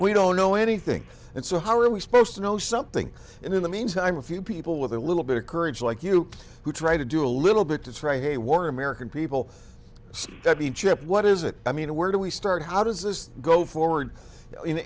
we don't know anything and so how are we supposed to know something and in the meantime a few people with a little bit of courage like you who try to do a little bit to strike a war american people see that egypt what is it i mean where do we start how does this go forward in